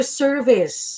service